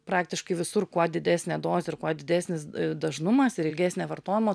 praktiškai visur kuo didesnė dozė ir kuo didesnis dažnumas ir ilgesnė vartojimo